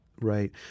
Right